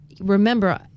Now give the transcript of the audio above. remember